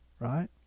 right